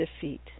defeat